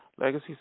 Legacy